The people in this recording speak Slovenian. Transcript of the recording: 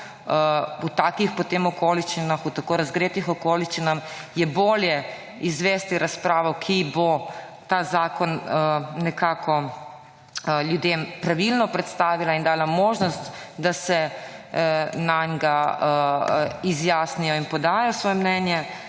V takih okoliščinah, v tako razgretih okoliščinah je boljše izvesti razpravo, ki bo ta zakon nekako ljudem pravilno predstavila in dala možnost, da se o njem izjasnijo in podajo svoje mnenje,